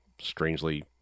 strangely